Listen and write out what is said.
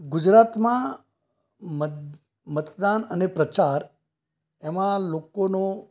ગુજરાતમાં મત મતદાન અને પ્રચાર એમાં લોકોનો